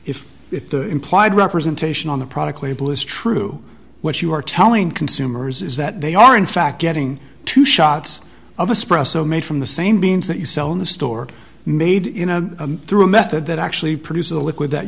if if the implied representation on the product label is true what you are telling consumers is that they are in fact getting two shots of espresso made from the same beans that you sell in the store made in a through a method that actually produces a liquid that